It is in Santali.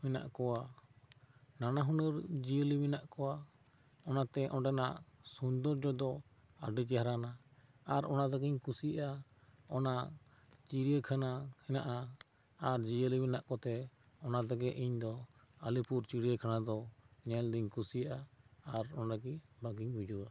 ᱢᱮᱱᱟᱜ ᱠᱚᱣᱟ ᱱᱟᱱᱟᱦᱩᱱᱟᱹᱨ ᱡᱤᱭᱟᱹᱞᱤ ᱢᱮᱱᱟᱜ ᱠᱚᱣᱟ ᱚᱱᱟᱛᱮ ᱚᱸᱰᱮᱱᱟᱜ ᱥᱩᱱᱫᱚᱨᱡᱚ ᱫᱚ ᱟᱹᱰᱤ ᱪᱮᱦᱟᱨᱟᱱᱟ ᱟᱨ ᱚᱱᱟ ᱞᱟᱹᱜᱤᱫ ᱠᱩᱥᱤᱭᱟ ᱚᱱᱟ ᱪᱤᱲᱤᱭᱟᱹᱠᱷᱟᱱᱟ ᱦᱮᱱᱟᱜᱼᱟ ᱟᱨ ᱡᱤᱭᱟᱹᱞᱤ ᱢᱮᱱᱟᱜ ᱠᱚᱛᱮ ᱚᱱᱟ ᱞᱟᱹᱜᱤᱫ ᱤᱧᱫᱚ ᱟᱞᱤᱯᱩᱨ ᱪᱤᱲᱤᱭᱟᱹᱠᱷᱟᱱᱟ ᱫᱚ ᱧᱮᱞᱫᱚᱹᱧ ᱠᱩᱥᱤᱭᱟᱜᱼᱟ ᱟᱨ ᱚᱸᱰᱮᱜᱤ ᱵᱟᱜᱤᱧ ᱵᱩᱡᱷᱟᱹᱣᱟ